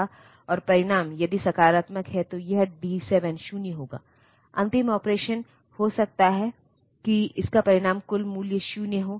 तो इन सभी कम्पाइलर के हिस्से के रूप में असेम्बलर को लगाने के प्रयास की नकल करने का कोई मतलब नहीं है